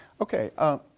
Okay